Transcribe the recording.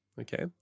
okay